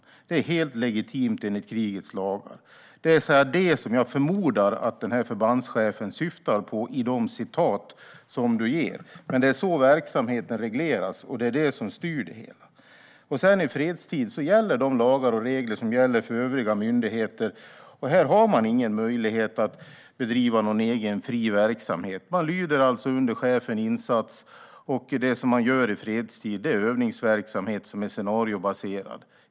Detta är helt legitimt enligt krigets lagar och det som jag förmodar att den här förbandschefen syftar på i de citat som Stig Henriksson ger. Det är så verksamheten regleras, och det är det som styr det hela. I fredstid gäller de lagar och regler som gäller för övriga myndigheter, och här har man ingen möjlighet att bedriva någon egen, fri verksamhet. Man lyder alltså under insatschefen, och det som man gör i fredstid är övningsverksamhet som är scenariobaserad.